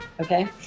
okay